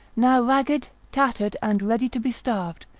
now ragged, tattered, and ready to be starved,